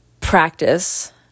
practice